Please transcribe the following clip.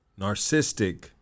narcissistic